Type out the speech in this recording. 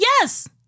Yes